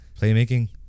Playmaking